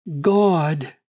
God